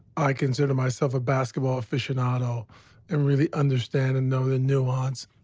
i consider myself a basketball aficionado and really understand and know the nuance.